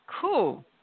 cool